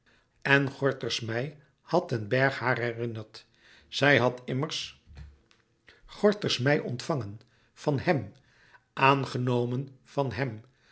gekund en gorters mei had den bergh haar herinnerd zij had immers gorters mei ontvangen van hem aangenomen van hem